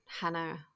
Hannah